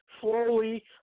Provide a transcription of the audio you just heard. slowly